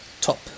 top